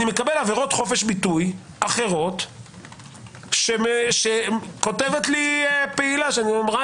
אני מקבל עבירות חופש ביטוי אחרות שכותבת לי פעילה שאמרה